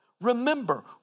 Remember